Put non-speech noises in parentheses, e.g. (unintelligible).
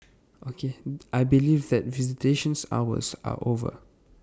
(unintelligible) I believe that visitation hours are over